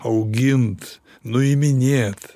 augint nuiminėt